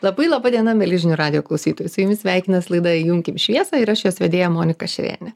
labai laba diena meili žinių radijo klausytojai su jumis sveikinasi laida įjunkim šviesą ir aš jos vedėja monika šerėnė